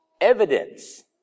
evidence